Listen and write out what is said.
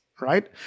right